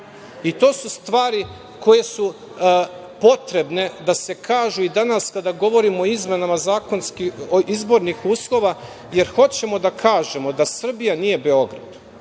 su stvari koje su potrebne da se kažu i danas kada govorimo o izmenama izbornih uslova, jer hoćemo da kažemo da Srbija nije Beograd